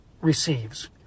receives